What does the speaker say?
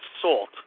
salt